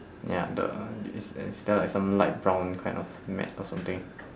ya the the is there is is there like some light brown kind of mat or something